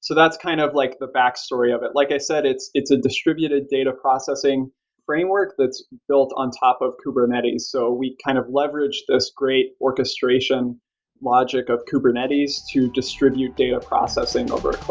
so that's kind of like the backstory of it. like i said, it's it's a distributed data processing framework that's built on top of kubernetes. so we we kind of leveraged this great orchestration logic of kubernetes to distribute data processing over